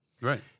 Right